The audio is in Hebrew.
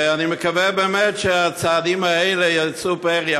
ואני מקווה באמת שהצעדים האלה יישאו פרי.